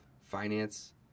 finance